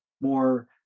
more